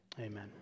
amen